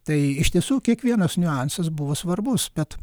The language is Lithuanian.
tai iš tiesų kiekvienas niuansas buvo svarbus bet